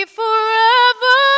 forever